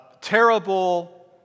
terrible